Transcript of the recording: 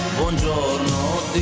buongiorno